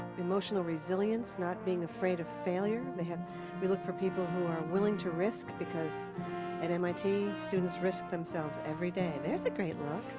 emotional resilience, not being afraid of failure. they have we look for people who are willing to risk, because at mit students risk themselves every day. there's a great look.